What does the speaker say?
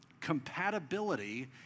compatibility